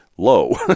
low